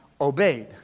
obeyed